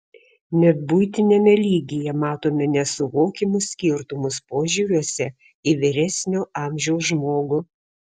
net buitiniame lygyje matome nesuvokiamus skirtumus požiūriuose į vyresnio amžiaus žmogų